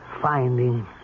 finding